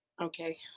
Okay